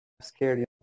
scared